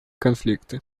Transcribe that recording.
конфликты